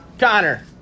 Connor